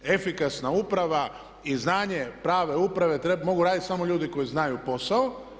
Efikasna uprava i znanje prave uprave mogu raditi samo ljudi koji znaju posao.